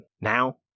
Now